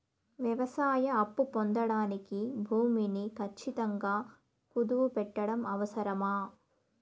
వ్యవసాయ అప్పు పొందడానికి భూమిని ఖచ్చితంగా కుదువు పెట్టడం అవసరమా?